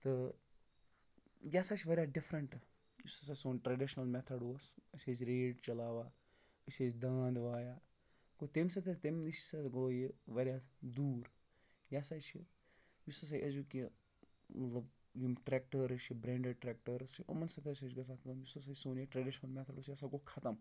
تہٕ یہِ ہَسا چھِ واریاہ ڈِفرَنٛٹ یُس ہَسا سون ٹرٛڈِشنَل میتھٲڈ اوس أسۍ ٲسۍ ریٖڈۍ چَلاوان أسۍ ٲسۍ دانٛد وایان گوٚو تمہِ سۭتۍ ٲسۍ تمہِ نِش سُہ حظ گوٚو یہِ واریاہ دوٗر یہِ ہَسا چھِ یُس ہَسا أزیُٚک یہِ مطلب یِم ٹرٛیکٹرٕز چھِ برٛینڈٕڈ ٹرٛیکٹرٕز چھِ یِمَن سۭتۍ حظ چھِ اَسہِ گژھان کٲم یُس ہَسا سون یہِ ٹرٛیڈِشنَل میتھٲڈ اوس یہِ ہَسا گوٚو ختم